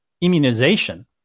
immunization